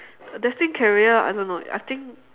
destined career I don't know I think